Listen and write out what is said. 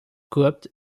copte